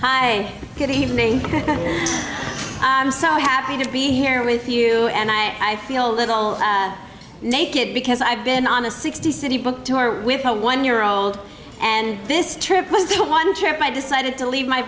hi good evening i'm so happy to be here with you and i i feel a little naked because i've been on a sixty city book tour with a one year old and this trip was one trip i decided to leave my